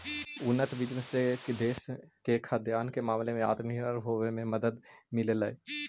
उन्नत बीज से देश के खाद्यान्न के मामले में आत्मनिर्भर होवे में मदद मिललई